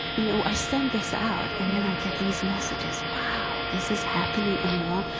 you know, i send this out and then i get these messages, wow, this is happening in iran?